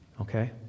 Okay